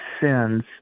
sins